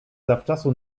zawczasu